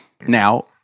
Now